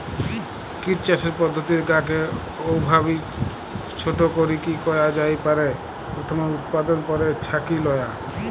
kit চাষের পদ্ধতির গা কে অউভাবি ছোট করিকি কয়া জাই পারে, প্রথমে উতপাদন, পরে ছাকি লয়া